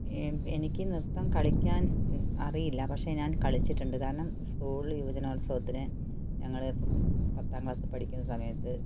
എനിക്ക് നൃത്തം കളിക്കാൻ അറിയില്ല പക്ഷേ ഞാൻ കളിച്ചിട്ടുണ്ട് കാരണം സ്കൂൾ യുവജനോത്സവത്തിന് ഞങ്ങൾ പത്താം ക്ലാസ്സിൽ പഠിക്കുന്ന സമയത്ത്